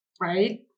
right